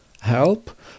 help